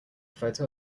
photo